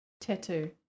tattoo